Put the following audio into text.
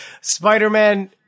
Spider-Man